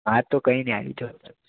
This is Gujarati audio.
હા તો કંઈ નહીં આવી જાઓ